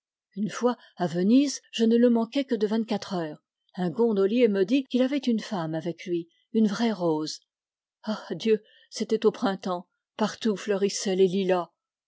une fois à yenise je ne le manquai que de vingt-quatre heures un gondolier me dit qu'il avait une femme avec lui une vraie rose ah dieu c'était au printemps partout fleurissaient les lilas